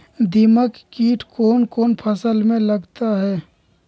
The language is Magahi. दीमक किट कौन कौन फसल में लगता है?